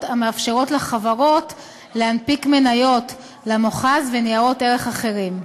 המאפשרות לחברות להנפיק מניות למוכ"ז וניירות ערך אחרים.